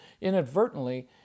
inadvertently